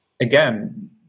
again